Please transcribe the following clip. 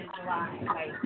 July